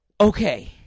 Okay